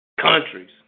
countries